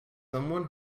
someone